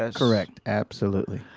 ah correct. absolutely.